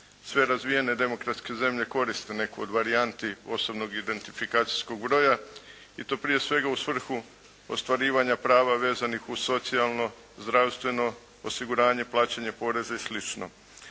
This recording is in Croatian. Sve razvijene demokratske zemlje koriste neku od varijanti osobnog identifikacijskog broja. I to prije svega u svrhu ostvarivanja prava vezanih uz socijalno, zdravstveno, osiguranje, plaćanje poreza i